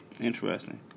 Interesting